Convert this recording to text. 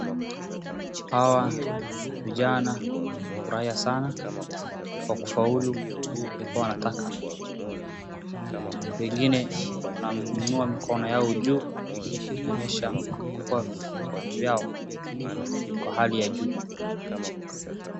Hawa ni vijana wamefuraia sana kwa kufaulu yenye walikuwa wanataka, wengine wanainua mikono yao juu wakionyesha kuwa furaha yao iko hali ya juu.